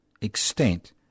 extent